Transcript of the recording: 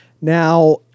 Now